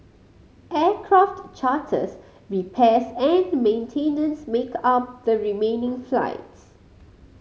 aircraft charters repairs and maintenance make up the remaining flights